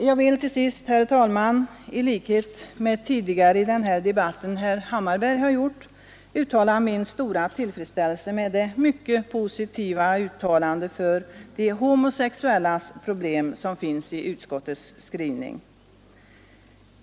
Jag vill till sist, herr talman, i likhet med vad herr Hammarberg gjort tidigare i den här debatten, uttala min stora tillfredsställelse med det mycket positiva uttalande för de homosexuellas problem som finns i utskottets skrivning.